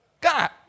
God